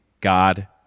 God